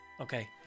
Okay